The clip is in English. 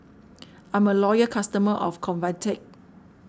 I'm a loyal customer of Convatec